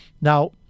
Now